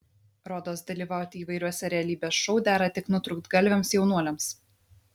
rodos dalyvauti įvairiuose realybės šou dera tik nutrūktgalviams jaunuoliams